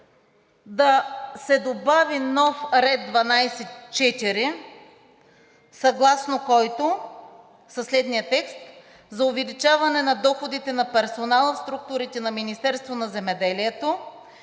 да се добави нов ред 12.4 със следния текст: „за увеличаване на доходите на персонала в структурите на Министерството на земеделието,